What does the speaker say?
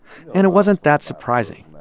and it wasn't that surprising.